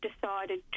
decided